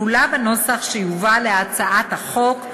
כלולה בנוסח שיובא להצעת החוק,